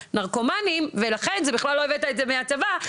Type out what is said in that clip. נרקומנים ולכן בכלל לא הבאת את זה מהצבא,